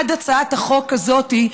עד הצעת החוק הזאת,